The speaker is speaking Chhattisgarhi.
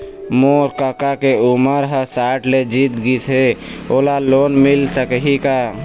मोर कका के उमर ह साठ ले जीत गिस हे, ओला लोन मिल सकही का?